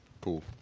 cool